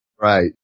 Right